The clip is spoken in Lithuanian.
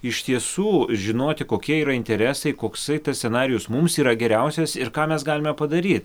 iš tiesų žinoti kokie yra interesai koksai tas scenarijus mums yra geriausias ir ką mes galime padary